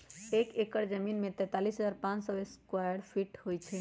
एक एकड़ जमीन में तैंतालीस हजार पांच सौ साठ स्क्वायर फीट होई छई